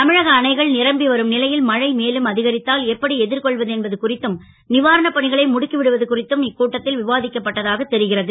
தமிழக அணைகள் ரம்பி வரும் லை ல் மழை மேலும் அ கரித்தால் எப்படி எ ர்கொள்வது என்பது குறித்தும் வாரணப் பணிகளை முடுக்கி விடுவது குறித்தும் இக்கூட்டத் ல் விவா க்கப்பட்டதாக தெரிகிறது